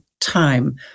time